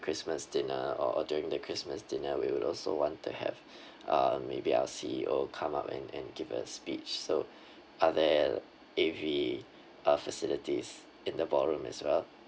christmas dinner or during the christmas dinner we would also want to have uh maybe our C_E_O come up and and give a speech so are there A_V uh facilities in the ballroom as well